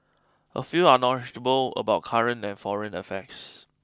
a few are knowledgeable about current and foreign affairs